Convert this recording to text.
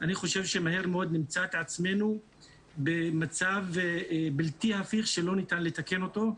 אני חושב שמהר מאוד נמצא את עצמנו במצב בלתי הפיך שלא ניתן לתקן אותו,